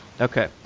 Okay